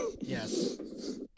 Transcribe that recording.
Yes